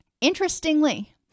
interestingly